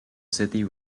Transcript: city